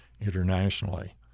internationally